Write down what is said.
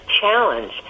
challenge